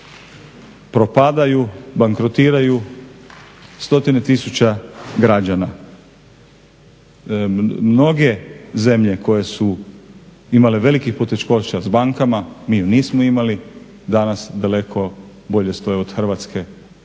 propadaju, bankrotiraju stotine tisuća građana. Mnoge zemlje koje su imale velikih poteškoća s bankama, mi nismo imali, danas daleko bolje stoje od Hrvatske